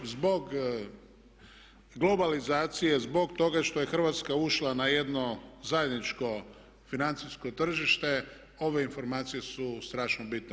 Zbog globalizacije, zbog toga što je Hrvatska ušla na jedno zajedničko financijsko tržište ove informacije su strašno bitne.